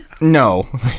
No